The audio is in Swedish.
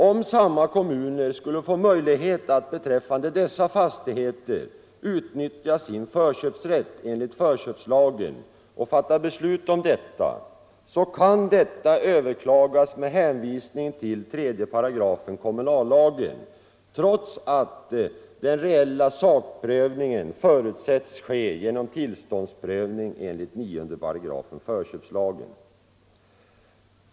Om samma kommuner skulle få möjlighet att beträffande dessa fastigheter utnyttja sin förköpsrätt enligt förköpslagen och fatta beslut härom, så kan detta överklagas med hänvisning till 3§ kommunallagen, trots att den reella sakprövningen förutsätts ske genom tillståndsprövning enligt 9 § förköpslagen.